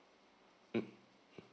mm